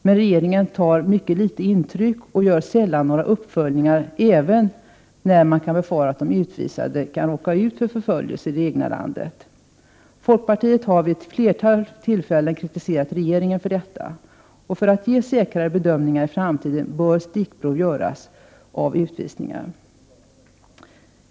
Men regeringen tar mycket litet intryck och gör mycket sällan några uppföljningar, även när man kan befara att de utvisade kan råka ut för förföljelse i det egna landet. Folkpartiet har vid ett flertal tillfällen kritiserat regeringen för detta. För att ge möjlighet till säkrare bedömningar i framtiden bör stickprov göras när det gäller utvisningar.